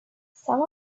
some